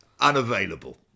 unavailable